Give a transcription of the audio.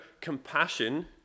compassion